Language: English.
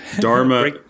Dharma